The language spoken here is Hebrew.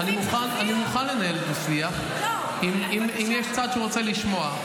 אני מוכן לנהל דו-שיח אם יש צד שרוצה לשמוע.